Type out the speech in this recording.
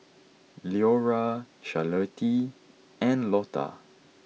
Leora Charlottie and Lotta